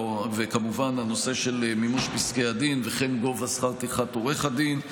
וכמובן הנושא של מימוש פסקי הדין וכן גובה שכר טרחת עורך הדין.